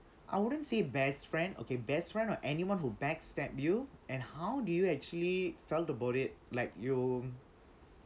I wouldn't say best friend okay best friend or anyone who backstab you and how do you actually felt about it like you